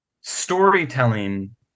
storytelling